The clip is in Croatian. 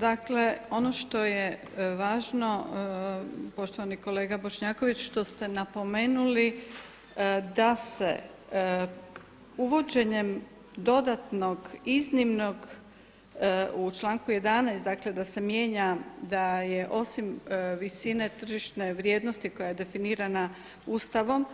Dakle ono što je važno, poštovani kolega Bošnjaković, što ste napomenuli da se uvođenjem dodatnog iznimnog u članku 11. dakle da se mijenja da je osim visine tržišne vrijednosti koja je definirana Ustavom,